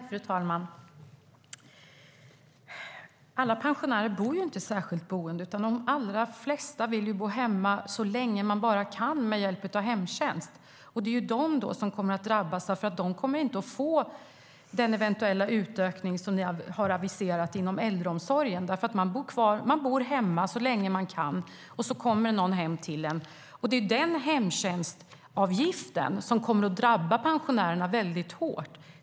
Fru talman! Alla pensionärer bor inte i särskilt boende. De allra flesta vill bo hemma så länge de bara kan med hjälp av hemtjänst. Det är de som kommer att drabbas, för de kommer inte att få del av den eventuella utökning som ni har aviserat inom äldreomsorgen. Man bor hemma så länge man kan, och så kommer det någon hem till en. Den höjda hemtjänstavgiften kommer att drabba de pensionärerna väldigt hårt.